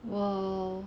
will